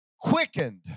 quickened